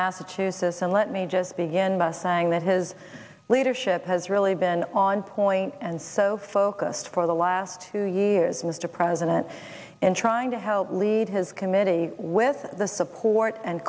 massachusetts and let me just begin by saying that his leadership has really been on point and so focused for the last two years mr president in trying to help lead his committee with the support and